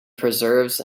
preserves